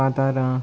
कातारां